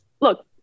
look